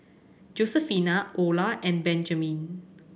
Josefina Ola and Benjamin